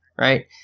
right